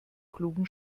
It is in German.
klugen